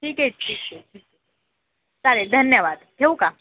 ठीक आहे ठीक आहे चालेल धन्यवाद ठेवू का